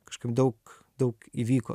kažkaip daug daug įvyko